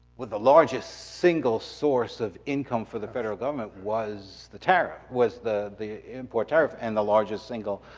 with the largest, single source of income for the federal government was the tariff, was the the import tariff. and the largest single